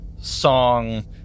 song